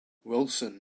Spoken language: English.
wilson